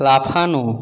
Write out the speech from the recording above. লাফানো